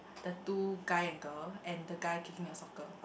the two guy and girl and the guy kicking a soccer